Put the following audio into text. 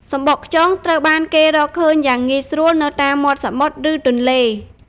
សំបកខ្យង ត្រូវបានគេរកឃើញយ៉ាងងាយស្រួលនៅតាមមាត់សមុទ្រ ឬទន្លេ។